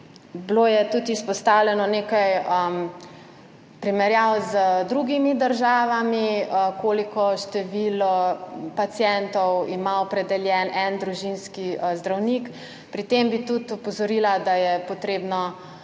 bilo tudi nekaj primerjav z drugimi državami, kakšno število pacientov ima opredeljen en družinski zdravnik. Pri tem bi tudi opozorila, da je treba